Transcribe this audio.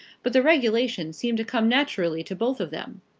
but the regulation seemed to come naturally to both of them.